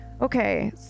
Okay